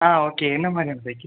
ஆ okay என்ன மாதிரியான cycle